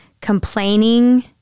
complaining